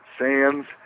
Sands